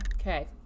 Okay